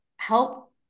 help